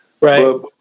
Right